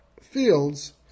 fields